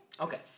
okay